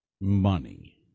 money